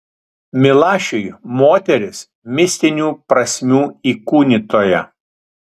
milašiui moteris mistinių prasmių įkūnytoja